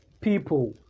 people